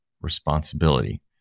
responsibility